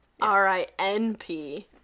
r-i-n-p